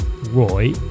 Roy